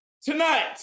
tonight